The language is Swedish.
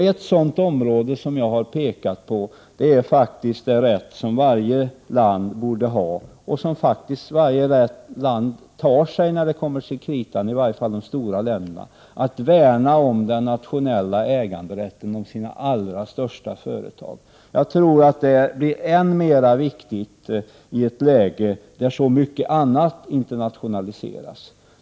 Ett sådant område som jag har pekat på är den rätt som varje land borde ha, och som varje land faktiskt tar sig när det kommer till kritan, i varje fall de stora länderna, att värna om den nationella äganderätten och om sina allra största företag. Jag tror att det blir än mer viktigt i ett läge då så mycket annat internationaliseras.